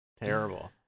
Terrible